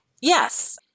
Yes